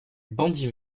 bandits